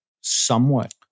somewhat